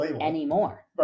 anymore